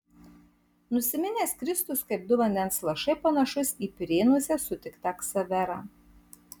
nusiminęs kristus kaip du vandens lašai panašus į pirėnuose sutiktą ksaverą